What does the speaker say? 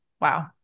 Wow